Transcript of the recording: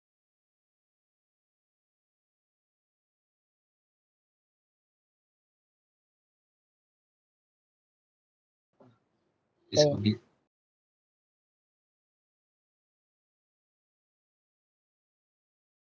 uh